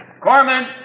Corman